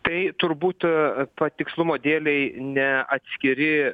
tai turbūt to tikslumo dėlei ne atskiri